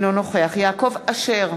אינו נוכח יעקב אשר,